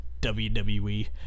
WWE